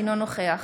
אינו נוכח